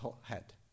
head